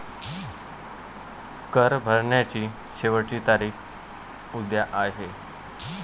कर भरण्याची शेवटची तारीख उद्या आहे